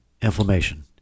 inflammation